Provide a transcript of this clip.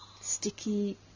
sticky